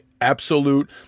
absolute